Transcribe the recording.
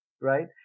right